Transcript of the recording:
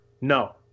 no